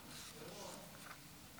התשפ"ד 2024 נתקבל.